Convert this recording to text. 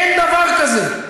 אין דבר כזה,